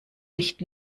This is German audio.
nicht